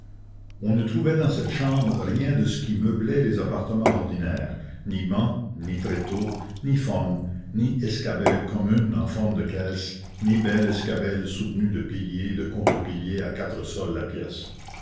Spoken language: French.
on ne trouvait dans cette chambre rien de ce qui meublait les appartements ordinaires ni bancs ni tréteaux ni formes ni escabelles communes en forme de caisse ni belles escabelles soutenues de piliers et de contre piliers à quatre sols la pièce